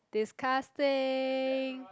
disgusting